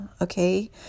Okay